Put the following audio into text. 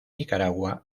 nicaragua